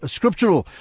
Scriptural